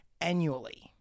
annually